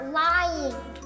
lying